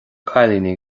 cailíní